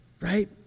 right